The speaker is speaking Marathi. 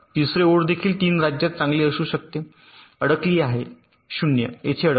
तिसरे ओळ देखील 3 राज्यात चांगली असू शकते अडकली आहे 0 येथे अडकले